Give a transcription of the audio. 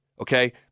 okay